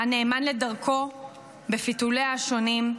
היה נאמן לדרכו בפיתוליה השונים,